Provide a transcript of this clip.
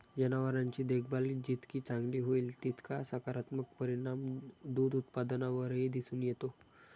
जनावरांची देखभाल जितकी चांगली होईल, तितका सकारात्मक परिणाम दूध उत्पादनावरही दिसून येतो